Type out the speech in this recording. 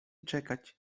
czekać